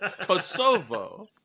Kosovo